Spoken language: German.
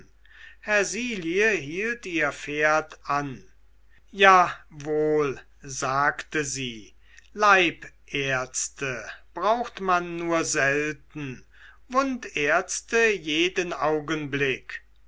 hersilie hielt ihr pferd an jawohl sagte sie leibärzte braucht man nur selten wundärzte jeden augenblick